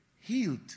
healed